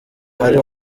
hari